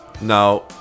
Now